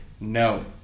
No